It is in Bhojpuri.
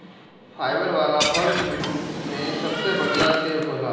फाइबर वाला फल में सबसे बढ़िया सेव होला